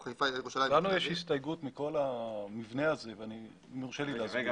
ירושלים --- לנו יש הסתייגות מכל המבנה הזה ואם יורשה לי להסביר.